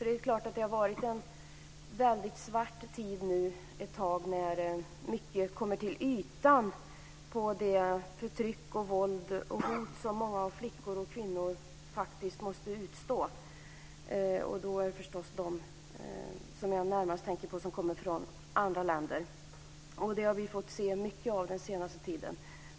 Det är klart att det varit en väldigt svart tid nu ett tag när mycket kommer upp till ytan när det gäller förtryck, våld och hot som många flickor och kvinnor faktiskt måste utstå. Närmast tänker jag förstås på dem som kommer från andra länder. Vi har fått se mycket av sådant här under den senaste tiden.